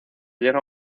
llega